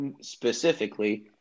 specifically